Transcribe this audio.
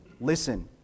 listen